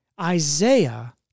Isaiah